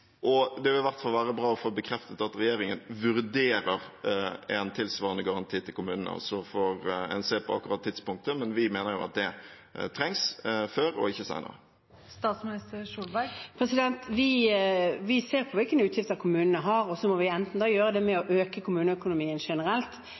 det. Det ville i hvert fall være bra å få bekreftet at regjeringen vurderer en tilsvarende garanti til kommunene. Så får en se på akkurat tidspunktet, men vi mener at det trengs – før og ikke senere. Vi ser på hvilke utgifter kommunene har, og så må vi enten